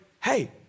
hey